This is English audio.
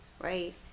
right